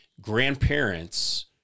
grandparents